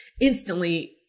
instantly